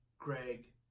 Greg